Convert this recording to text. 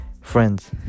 friends